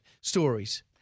stories